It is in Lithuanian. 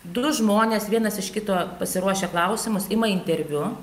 du žmonės vienas iš kito pasiruošia klausimus ima interviu